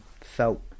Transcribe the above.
felt